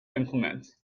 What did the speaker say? implement